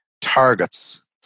targets